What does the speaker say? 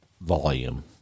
volume